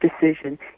decision